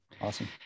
awesome